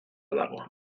dago